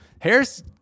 Harris